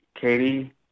Katie